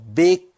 big